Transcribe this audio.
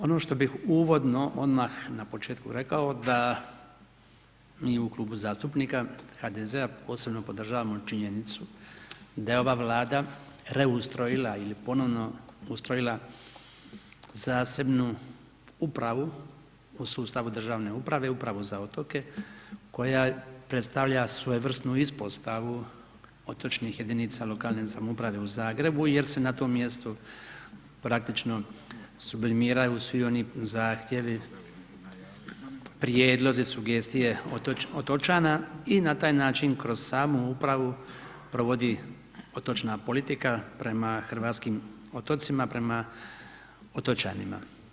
Ono što bih uvodno odmah na početku rekao da mi u Klubu zastupnika HDZ-a posebno podržavamo činjenicu da je ova Vlada reustrojila ili ponovo ustrojila zasebnu upravu u sustavu državne uprave upravo za otoke koja predstavlja svojevrsnu ispostavu otočnih jedinica lokalne samouprave u Zagrebu jer se na tom mjestu praktično sublimiraju svi oni zahtjevi, prijedlozi, sugestije otočana i na taj način kroz samu upravu provodi otočna politika prema hrvatskim otocima, prema otočanima.